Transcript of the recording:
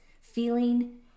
feeling